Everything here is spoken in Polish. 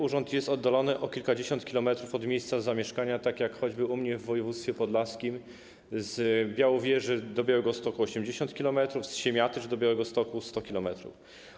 Urząd jest oddalony o kilkadziesiąt kilometrów od miejsca zamieszkania, tak jak choćby u mnie w województwie podlaskim, z Białowieży do Białegostoku - 80 km, z Siemiatycz do Białegostoku - 100 km.